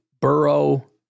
Burrow